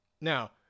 Now